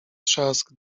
trzask